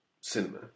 cinema